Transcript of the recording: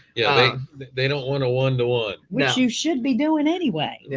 yeah they don't want a one to one. which you should be doing anyway, yeah